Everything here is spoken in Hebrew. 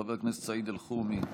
חבר הכנסת סעיד אלחרומי,